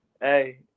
Hey